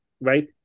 right